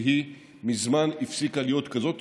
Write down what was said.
והיא מזמן הפסיקה להיות כזאת.